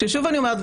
כששוב אני אומרת,